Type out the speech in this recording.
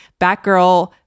Batgirl